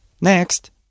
Next